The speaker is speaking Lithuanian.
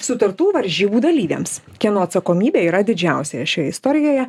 sutartų varžybų dalyviams kieno atsakomybė yra didžiausia šioje istorijoje